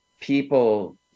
people